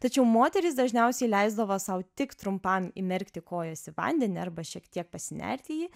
tačiau moterys dažniausiai leisdavo sau tik trumpam įmerkti kojas į vandenį arba šiek tiek pasinerti į jį